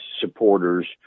supporters